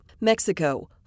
Mexico